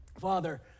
father